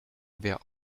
wer